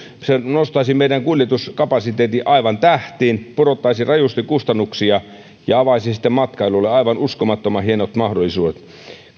se nostaisi meillä kuljetuskapasiteetin aivan tähtiin pudottaisi rajusti kustannuksia ja avaisi matkailulle aivan uskomattoman hienot mahdollisuudet